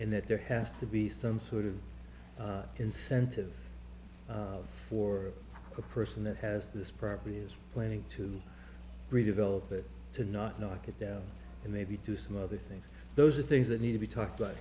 and that there has to be some sort of incentive for a person that has this property is planning to redevelop it to not knock it down and maybe do some other things those are things that need to be talked about